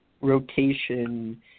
rotation